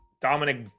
Dominic